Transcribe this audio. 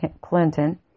Clinton